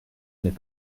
n’est